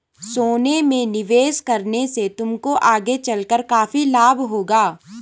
सोने में निवेश करने से तुमको आगे चलकर काफी लाभ होगा